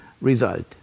result